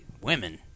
women